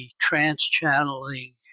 trans-channeling